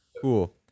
Cool